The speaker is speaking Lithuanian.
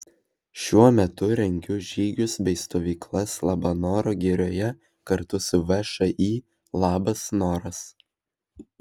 šiuo metu rengiu žygius bei stovyklas labanoro girioje kartu su všį labas noras